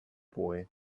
boy